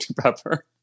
Pepper